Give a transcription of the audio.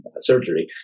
surgery